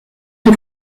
son